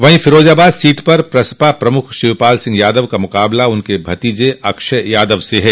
वहीं फिरोजाबाद सीट पर प्रसपा प्रमुख शिवपाल सिंह यादव का मुकाबला उनके भतीजे अक्षय यादव से हैं